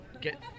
get